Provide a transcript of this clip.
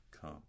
come